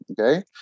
Okay